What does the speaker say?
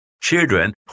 children